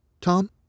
Tom